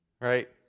Right